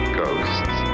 ghosts